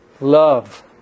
love